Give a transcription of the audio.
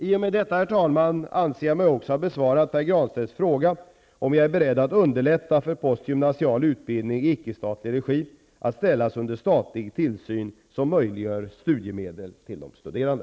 I och med detta svar anser jag mig också ha besvarat Pär Granstedts fråga om jag är beredd att underlätta för postgymnasial utbildning i ickestatlig regi att ställas under statlig tillsyn som möjliggör studiemedel för de studerande.